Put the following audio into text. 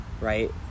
Right